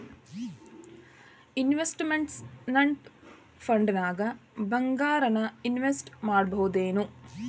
Investment ಫಂಡ್ದಾಗ್ ಭಂಗಾರಾನ invest ಮಾಡ್ಬೊದೇನು?